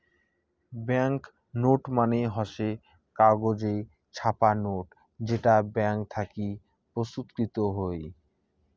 bank note মানে হসে কাগজে ছাপা নোট যেটা ব্যাঙ্ক থাকি প্রস্তুতকৃত হই